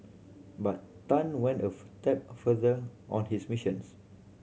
but Tan went of step further on his missions